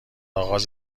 اغاز